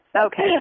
Okay